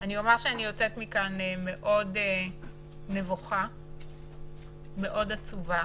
אני יוצאת מכאן מאוד נבוכה ועצובה,